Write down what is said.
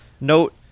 Note